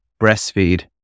breastfeed